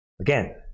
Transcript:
Again